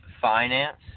finance